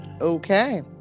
Okay